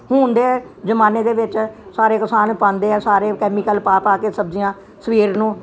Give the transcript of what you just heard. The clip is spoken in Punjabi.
ਹੁਣ ਦੇ ਜਮਾਨੇ ਦੇ ਵਿੱਚ ਸਾਰੇ ਕਿਸਾਨ ਪਾਂਦੇ ਆ ਸਾਰੇ ਕੈਮੀਕਲ ਪਾ ਪਾ ਕੇ ਸਬਜ਼ੀਆਂ ਸਵੇਰ ਨੂੰ